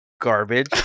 Garbage